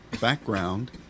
background